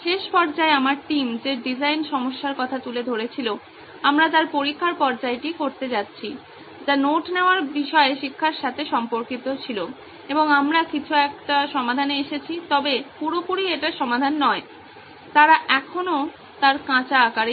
শেষ পর্যায়ে আমার টিম যে ডিজাইন সমস্যার কথা তুলে ধরেছিল আমরা তার পরীক্ষার পর্যায়টি করতে যাচ্ছি যা নোট নেওয়ার বিষয়ে শিক্ষার সাথে সম্পর্কিত ছিল এবং আমরা কিছু একট সমাধানে এসেছি তবে পুরোপুরি এটার সমাধান নয় তারা এখনও তার কাঁচা আকারে